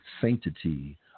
sanctity